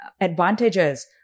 advantages